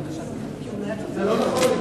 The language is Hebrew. זה לא נכון.